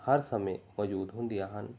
ਹਰ ਸਮੇਂ ਮੌਜੂਦ ਹੁੰਦੀਆਂ ਹਨ